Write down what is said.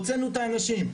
הוצאנו את האנשים.